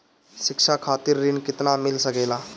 शिक्षा खातिर ऋण केतना मिल सकेला?